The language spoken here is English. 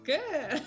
Good